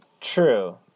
True